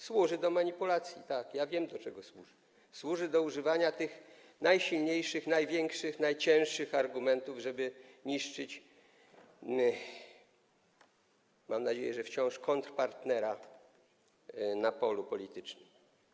Służy ona do manipulacji - tak, ja wiem, do czego służy - do używania tych najsilniejszych, największych, najcięższych argumentów, żeby niszczyć, mam nadzieję, że wciąż kontrpartnera, na polu politycznym.